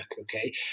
okay